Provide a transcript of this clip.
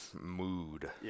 mood